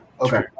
Okay